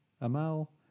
Amal